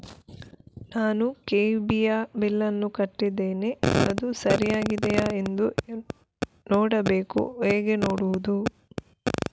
ನಾನು ಕೆ.ಇ.ಬಿ ಯ ಬಿಲ್ಲನ್ನು ಕಟ್ಟಿದ್ದೇನೆ, ಅದು ಸರಿಯಾಗಿದೆಯಾ ಎಂದು ನೋಡಬೇಕು ಹೇಗೆ ನೋಡುವುದು?